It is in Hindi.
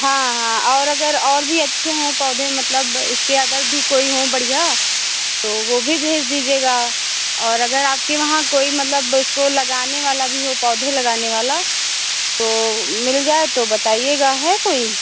हाँ हाँ और अगर और भी अच्छे हों पौधे मतलब इसके अंदर भी कोई हों बढ़िया तो वो भी भेज़ दीजिएगा और अगर आपके वहाँ कोई मतलब इसको लगाने वाला भी हो पौधे लगाने वाला तो मिल जाए तो बताइएगा है कोई